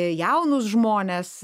jaunus žmones